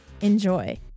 Enjoy